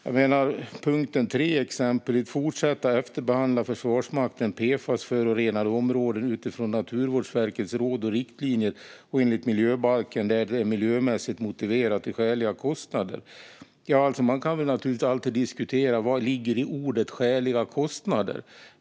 Det gäller exempelvis punkt 3 om att fortsätta efterbehandla Försvarsmaktens PFAS-förorenade områden utifrån Naturvårdsverkets råd och riktlinjer och enligt miljöbalken där det är miljömässigt motiverat till skäliga kostnader. Man kan naturligtvis alltid diskutera vad som ligger i orden skäliga kostnader.